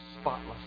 spotless